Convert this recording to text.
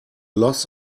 loss